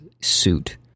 suit